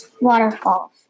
Waterfalls